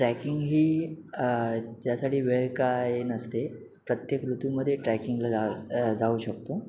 tracking ही त्यासाठी वेळ काय नसते प्रत्येक ऋतूमध्ये ट्रॅकिंगला जा जाऊ शकतो